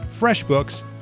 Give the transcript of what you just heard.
FreshBooks